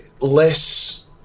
less